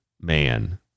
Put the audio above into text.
man